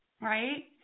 Right